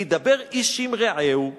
להידבר איש עם רעהו",